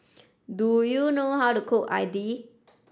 do you know how to cook idly